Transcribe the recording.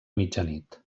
mitjanit